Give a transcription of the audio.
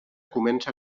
comença